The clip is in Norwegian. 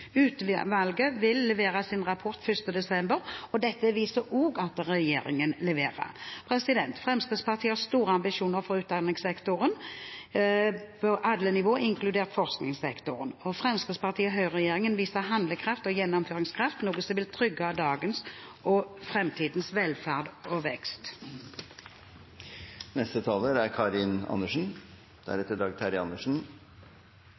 Utvalget vil levere sin rapport 1. desember. Dette viser også at regjeringen leverer. Fremskrittspartiet har store ambisjoner for utdanningssektoren på alle nivå, inkludert forskningssektoren. Høyre–Fremskrittsparti-regjeringen viser handlingskraft og gjennomføringskraft, noe som vil trygge dagens og framtidens velferd og vekst. Små forskjeller i samfunnet er